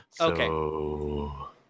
Okay